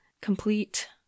complete